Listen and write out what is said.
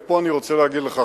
ופה אני רוצה להגיד לך,